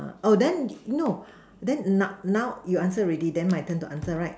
oh then no then now now you answer already then my turn to answer right